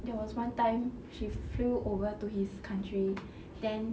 there was one time she flew over to his country then